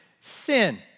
sin